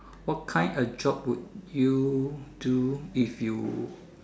what kind of job world you do if you